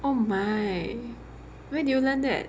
oh my where did you learn that